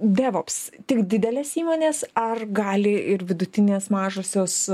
devops tik didelės įmonės ar gali ir vidutinės mažosios